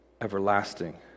everlasting